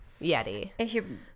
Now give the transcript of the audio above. yeti